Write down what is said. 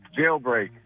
Jailbreak